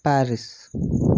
Paris